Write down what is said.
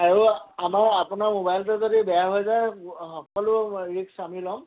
আৰু আমাৰ আপোনাৰ মোবাইলটো যদি বেয়া হৈ যায় সকলো ৰিক্স আমি ল'ম